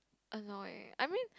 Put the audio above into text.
annoying I mean